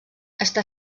està